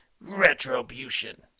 retribution